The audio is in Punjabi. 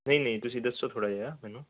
ਨਹੀਂ ਨਹੀਂ ਤੁਸੀਂ ਦੱਸੋ ਥੋੜ੍ਹਾ ਜਿਹਾ ਮੈਨੂੰ